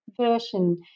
version